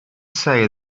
say